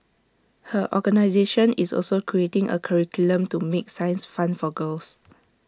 her organisation is also creating A curriculum to make science fun for girls